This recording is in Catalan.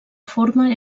forma